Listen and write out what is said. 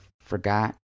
forgot